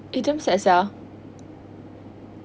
eh damn sad sia